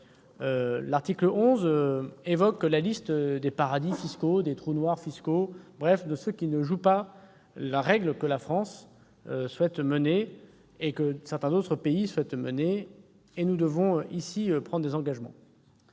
L'article 11 évoque la liste des paradis fiscaux, des trous noirs fiscaux, en bref, des pays qui ne jouent pas le jeu que la France souhaite mener, à l'instar de certains autres pays. Aussi, nous devons ici prendre des engagements.